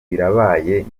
birabaye